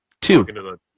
two